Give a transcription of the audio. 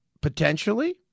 potentially